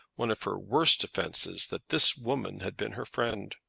one of her worst offences that this woman had been her friend.